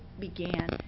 began